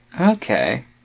Okay